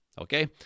Okay